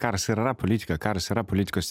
karas ir yra politika karas yra politikos